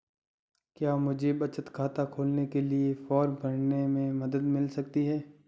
क्या मुझे बचत खाता खोलने के लिए फॉर्म भरने में मदद मिल सकती है?